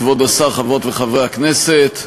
כבוד השר, חברות וחברי הכנסת,